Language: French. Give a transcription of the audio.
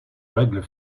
règles